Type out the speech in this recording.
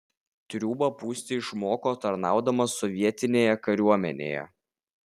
triūbą pūsti išmoko tarnaudamas sovietinėje kariuomenėje